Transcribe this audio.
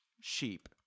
sheep